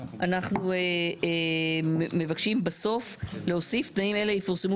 אנחנו מבקשים להוסיף בסוף: "תנאים אלה יפורסמו